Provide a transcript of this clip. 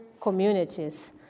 communities